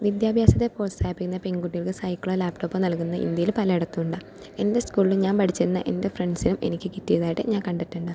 വിദ്യാഭ്യാസത്തെ പ്രോത്സാഹിപ്പിക്കുന്ന പെൺകുട്ടികൾക്ക് സൈക്കിളോ ലാപ്ടോപ്പോ നൽകുന്ന ഇന്ത്യയിൽ പലയിടത്തും ഉണ്ട് എൻ്റെ സ്കൂളില് ഞാൻ പഠിച്ചിരുന്ന എൻ്റെ ഫ്രണ്ട്സിനും എനിക്ക് കിട്ടിയതായിട്ട് ഞാൻ കണ്ടിട്ടുണ്ട്